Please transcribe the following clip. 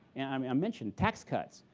and um i mentioned, tax cuts.